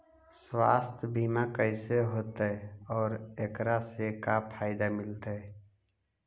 सवासथ बिमा कैसे होतै, और एकरा से का फायदा मिलतै?